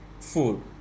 food